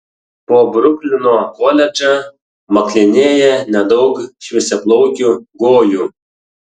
po bruklino koledžą maklinėja nedaug šviesiaplaukių gojų